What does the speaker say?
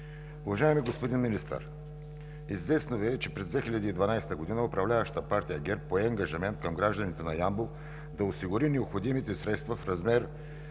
Уважаеми господин Министър, известно Ви е, че през 2012 г. управляващата Партия ГЕРБ пое ангажимент към гражданите на Ямбол да осигури необходимите средства в размер